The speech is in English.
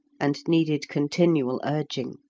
and needed continual urging.